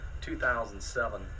2007